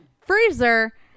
freezer